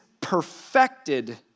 perfected